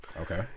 Okay